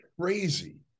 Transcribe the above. crazy